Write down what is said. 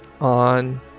on